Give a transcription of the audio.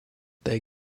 they